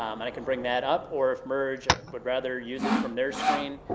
um and i can bring that up or if merge would rather use it from their screen,